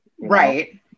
Right